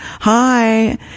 Hi